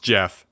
Jeff